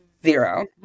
Zero